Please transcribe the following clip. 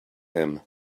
him